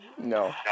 No